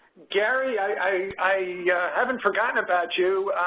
gary, i i haven't forgotten about you.